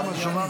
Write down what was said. כמה שנים?